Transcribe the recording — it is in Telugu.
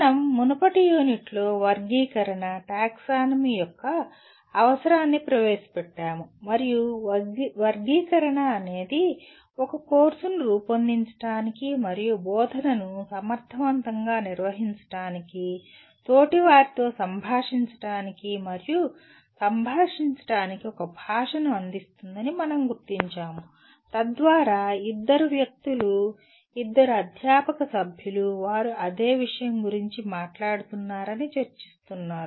మనం మునుపటి యూనిట్లో వర్గీకరణటాక్సానమీ యొక్క అవసరాన్ని ప్రవేశపెట్టాము మరియు వర్గీకరణటాక్సానమీ అనేది ఒక కోర్సును రూపొందించడానికి మరియు బోధనను సమర్థవంతంగా నిర్వహించడానికి తోటివారితో సంభాషించడానికి మరియు సంభాషించడానికి ఒక భాషను అందిస్తుందని మనం గుర్తించాము తద్వారా ఇద్దరు వ్యక్తులు ఇద్దరు అధ్యాపక సభ్యులు వారు అదే విషయం గురించి మాట్లాడుతున్నారని చర్చిస్తున్నారు